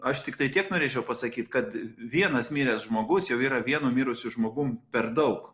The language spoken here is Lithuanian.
aš tiktai tiek norėčiau pasakyt kad vienas miręs žmogus jau yra vienu mirusiu žmogum per daug